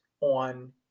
on